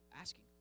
asking